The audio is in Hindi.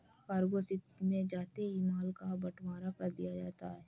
कार्गो शिप में जाते ही माल का बंटवारा कर दिया जाता है